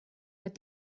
but